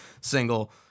single